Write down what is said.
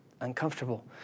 uncomfortable